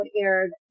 aired